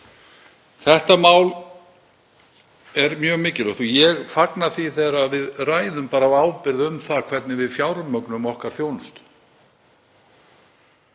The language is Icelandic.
Þetta mál er mjög mikilvægt og ég fagna því þegar við ræðum af ábyrgð um það hvernig við fjármögnum þjónustuna